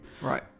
right